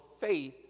faith